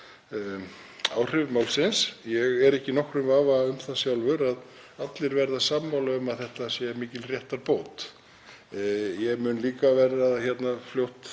áhrif málsins. Ég er ekki í nokkrum vafa um það sjálfur að allir verða sammála um að þetta sé mikil réttarbót. Ég mun líka fljótt